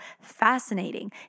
fascinating